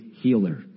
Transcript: healer